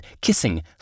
kissing